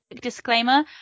disclaimer